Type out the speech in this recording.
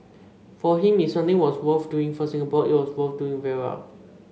for him if something was worth doing for Singapore it was worth doing very well